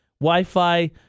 Wi-Fi